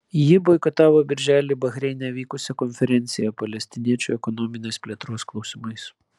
ji boikotavo birželį bahreine vykusią konferenciją palestiniečių ekonominės plėtros klausimais